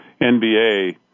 NBA